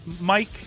Mike